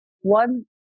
one